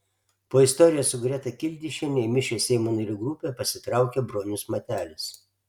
po istorijos su greta kildišiene į mišrią seimo narių grupę pasitraukė bronius matelis